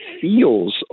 feels